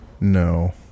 No